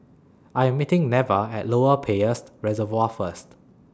I Am meeting Neva At Lower Peirce Reservoir First